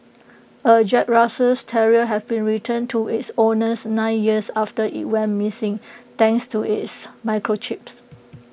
A Jack Russell terrier has been returned to its owners nine years after IT went missing thanks to its microchips